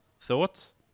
Thoughts